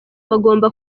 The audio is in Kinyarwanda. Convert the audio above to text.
bagomba